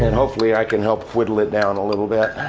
and hopefully, i can help whittle it down a little bit.